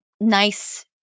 nice